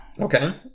Okay